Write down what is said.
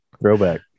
Throwback